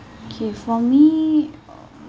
okay for me